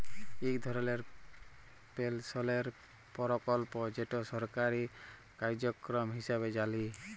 ইক ধরলের পেলশলের পরকল্প যেট সরকারি কার্যক্রম হিঁসাবে জালি